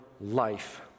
life